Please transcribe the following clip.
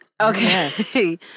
okay